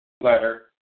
Letter